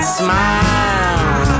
smile